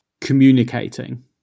communicating